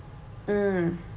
mm